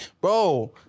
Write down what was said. Bro